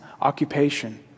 occupation